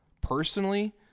Personally